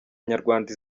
nyarwanda